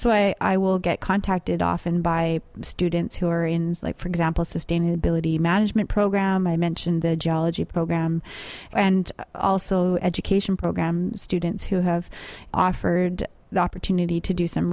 so i will get contacted often by students who are in like for example sustainability management program i mentioned the geology program and also education program students who have offered the opportunity to do some